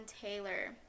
Taylor